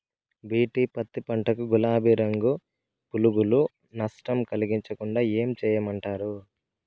BT పత్తి పంట కు, గులాబీ రంగు పులుగులు నష్టం కలిగించకుండా ఏం చేయమంటారు?